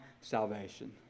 salvation